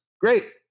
Great